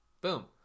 Boom